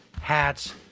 hats